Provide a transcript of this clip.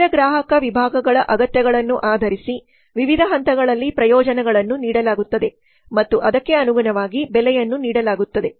ವಿವಿಧ ಗ್ರಾಹಕ ವಿಭಾಗಗಳ ಅಗತ್ಯಗಳನ್ನು ಆಧರಿಸಿ ವಿವಿಧ ಹಂತಗಳಲ್ಲಿ ಪ್ರಯೋಜನಗಳನ್ನು ನೀಡಲಾಗುತ್ತದೆ ಮತ್ತು ಅದಕ್ಕೆ ಅನುಗುಣವಾಗಿ ಬೆಲೆಯನ್ನು ನೀಡಲಾಗುತ್ತದೆ